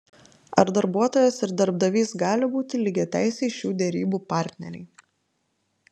ar darbuotojas ir darbdavys gali būti lygiateisiai šių derybų partneriai